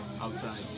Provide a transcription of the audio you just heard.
outside